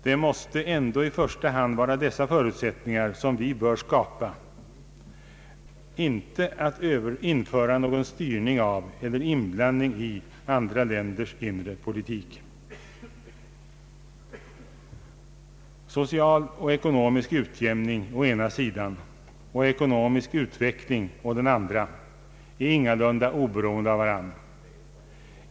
Det måste ändå i första hand vara dessa förutsättningar som vi bör skapa — inte att införa någon styrning av eller inblandning i andra länders inre politik. Social och ekonomisk utjämning å ena sidan och ekonomisk utveckling å den andra är ingalunda oberoende av varandra.